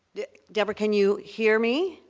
deborah can you hear me.